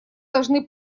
должны